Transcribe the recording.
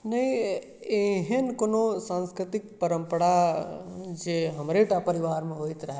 नहि एहन कोनो साँस्कृतिक परम्परा जे हमरे टा परिवारमे होइत रहए